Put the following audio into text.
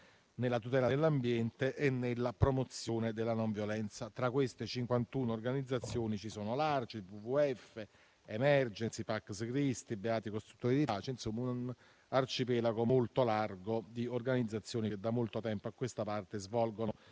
nella tutela dell'ambiente e nella promozione della non violenza. Tra queste 51 organizzazioni ci sono l'ARCI, il WWF, Emergency, Pax Christi, Beati i costruttori di pace: in sostanza un arcipelago molto largo di organizzazioni che da molto tempo a questa parte svolgono